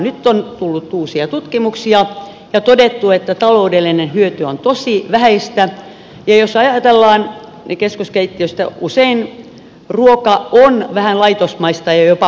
nyt on tullut uusia tutkimuksia ja todettu että taloudellinen hyöty on tosi vähäistä ja jos ajatellaan niin keskuskeittiöstä usein ruoka on vähän laitosmaista ja jopa mautontakin